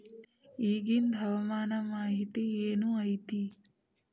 ಇಗಿಂದ್ ಹವಾಮಾನ ಮಾಹಿತಿ ಏನು ಐತಿ?